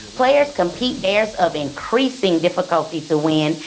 players complete dares of increasing difficulty to win.